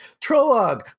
Trollog